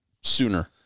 sooner